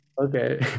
Okay